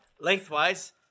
lengthwise